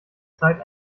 zeit